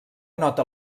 nota